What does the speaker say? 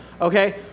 Okay